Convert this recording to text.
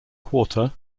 quarter